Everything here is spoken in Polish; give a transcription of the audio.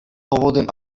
powodem